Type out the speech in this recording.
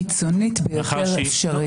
קיצונית ביותר האפשרית.